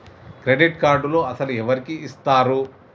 Credit కార్డులు అసలు ఎవరికి ఇస్తారు?